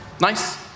Nice